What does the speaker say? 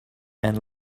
and